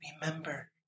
Remember